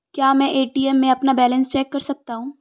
क्या मैं ए.टी.एम में अपना बैलेंस चेक कर सकता हूँ?